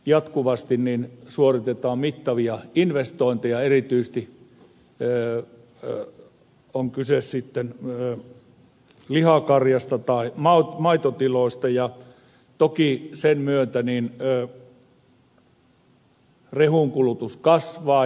jatkuvasti suoritetaan mittavia investointeja on kyse sitten lihakarjasta tai maitotiloista ja toki sen myötä rehun kulutus kasvaa